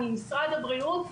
ממשרד הבריאות,